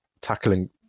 tackling